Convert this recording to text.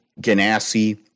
ganassi